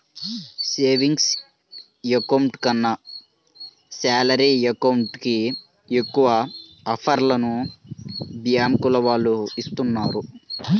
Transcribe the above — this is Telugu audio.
సేవింగ్స్ అకౌంట్ కన్నా శాలరీ అకౌంట్ కి ఎక్కువ ఆఫర్లను బ్యాంకుల వాళ్ళు ఇస్తున్నారు